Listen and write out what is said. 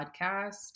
podcast